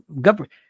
government